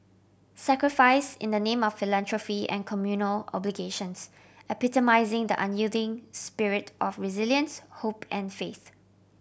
sacrifice in the name of philanthropy and communal obligations epitomising the unyielding spirit of resilience hope and faith